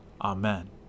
Amen